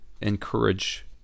encourage